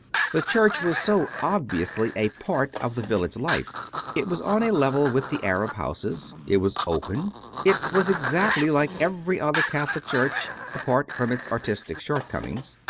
the church was so ob viously a part of the village life it was on a level with the arab houses it was open it was exactly like every other catholic church, apart from its artistic shortcomings.